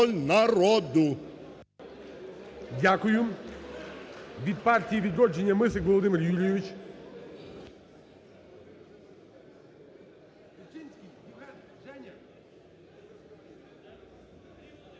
Дякую. Від "Партії "Відродження" Мисик Володимир Юрійович.